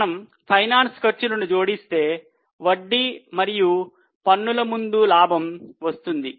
మనం ఫైనాన్స్ ఖర్చులను జోడిస్తే వడ్డీ మరియు పన్నుల ముందు లాభం వస్తుంది